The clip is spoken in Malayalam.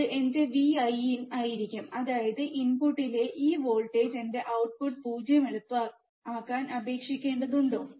അത് എന്റെ Vin ആയിരിക്കും അതായത് ഇൻപുട്ട് I ലെ ഈ വോൾട്ടേജ് എന്റെ ഔട്ട്പുട്ട് 0 എളുപ്പമാക്കാൻ അപേക്ഷിക്കേണ്ടതുണ്ടോ